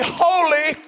holy